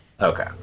Okay